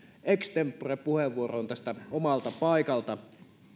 ex tempore puheenvuoroon tästä omalta paikaltani